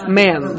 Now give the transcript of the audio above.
man